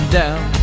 down